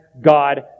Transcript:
God